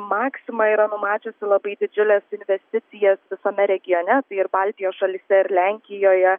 maksima yra numačiusi labai didžiules investicijas visame regione tai ir baltijos šalyse ir lenkijoje